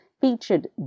featured